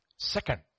Second